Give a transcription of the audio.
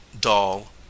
DOLL